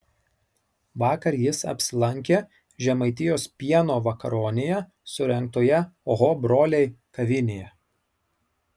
vakar jis apsilankė žemaitijos pieno vakaronėje surengtoje oho broliai kavinėje